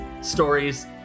stories